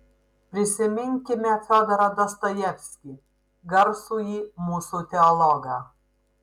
prisiminkime fiodorą dostojevskį garsųjį mūsų teologą